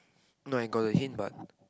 no I got hint but